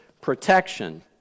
protection